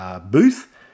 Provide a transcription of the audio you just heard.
booth